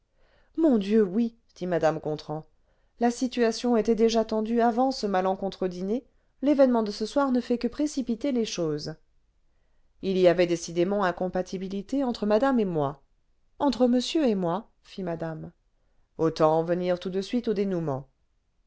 mon dieu oui dit mmc gontran la situation était déjà tendue avant ce malencontreux dîner l'événement de ce soir ne fait que précipiter les choses il y avait décidément incompatibilité entre madame et moi entre monsieur et moi fit madame autant en venir tout de suite au dénouement